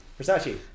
Versace